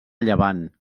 llevant